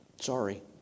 Sorry